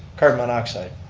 carbon monoxide.